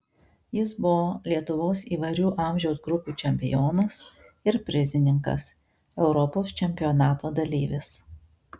jis buvo lietuvos įvairių amžiaus grupių čempionas ir prizininkas europos čempionato dalyvis